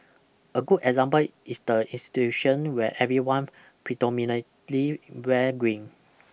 a good example is the institution where everyone predominantly wear green